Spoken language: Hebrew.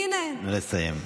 נא לסיים.